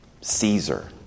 Caesar